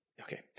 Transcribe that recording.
Okay